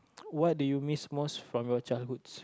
what do you miss most from your childhoods